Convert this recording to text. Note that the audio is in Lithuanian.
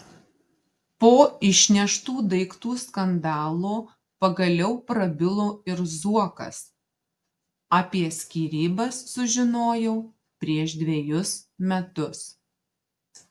po išneštų daiktų skandalo pagaliau prabilo ir zuokas apie skyrybas sužinojau prieš dvejus metus